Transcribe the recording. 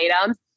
items